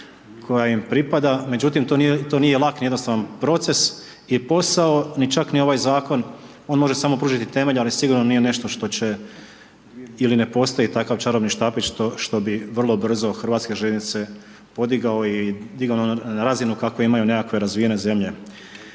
koja im pripada. Međutim, to nije lak, ni jednostavan proces i posao, ni čak ni ovaj Zakon, on može samo pružiti temelj, ali sigurno nije nešto što će ili ne postoji takav čarobni štapić što bi vrlo brzo HŽ podigao i digao na razinu kakve imaju nekakve razvijene zemlje.